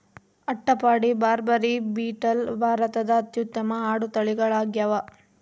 ಅಟ್ಟಪಾಡಿ, ಬಾರ್ಬರಿ, ಬೀಟಲ್ ಭಾರತದಾಗ ಅತ್ಯುತ್ತಮ ಆಡು ತಳಿಗಳಾಗ್ಯಾವ